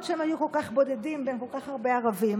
שהם היו כל כך בודדים בין כל כך הרבה ערבים.